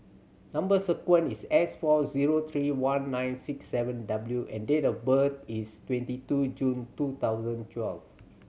number sequence is S four zero three one nine six seven W and date of birth is twenty two June two thousand twelve